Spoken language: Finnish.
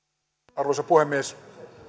arvoisa puhemies